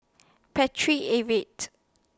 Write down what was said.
Paltry Avid